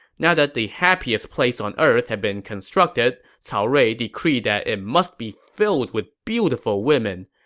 now that the happiest place on earth had been constructed, cao rui decreed that it must be filled with beautiful women,